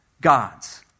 God's